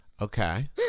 Okay